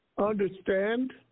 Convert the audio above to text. understand